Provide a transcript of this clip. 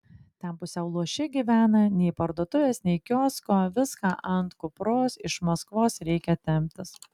ten pusiau luoši gyvena nei parduotuvės nei kiosko viską ant kupros iš maskvos reikia temptis